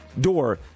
door